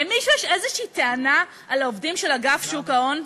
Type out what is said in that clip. למישהו יש איזושהי טענה על העובדים של אגף שוק ההון?